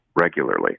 regularly